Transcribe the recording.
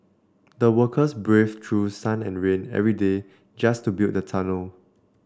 the workers braved through sun and rain every day just to build the tunnel